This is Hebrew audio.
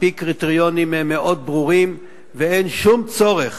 על-פי קריטריונים מאוד ברורים, ואין שום צורך